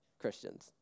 Christians